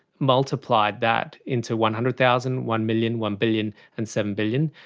multiply that into one hundred thousand, one million, one billion and seven billion,